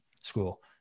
school